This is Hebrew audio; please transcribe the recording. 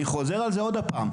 אני חוזר על זה עוד פעם.